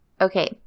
Okay